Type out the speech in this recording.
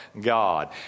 god